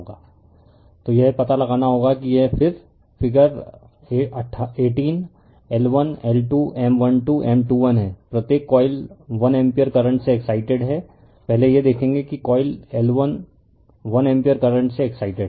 refer slide time 0753 तो यह पता लगाना होगा कि यह फिगर 18 L1L2M12M21 है प्रत्येक कॉइल 1 एम्पीयर करंट से एक्साइटेड है पहले यह देखेंगे कि कॉइल L1 1 एम्पीयर करंट से एक्साइटेड है